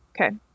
Okay